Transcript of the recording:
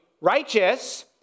righteous